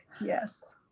Yes